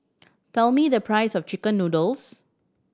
tell me the price of chicken noodles